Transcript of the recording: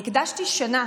הקדשתי שנה